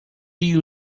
you